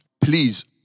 please